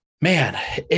man